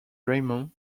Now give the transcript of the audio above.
raymond